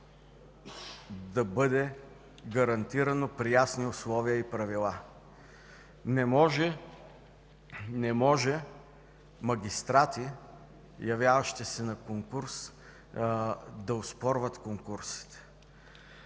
да бъде гарантирано при ясни условия и правила. Не може магистрати, явяващи се на конкурс, да оспорват конкурсите.